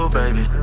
baby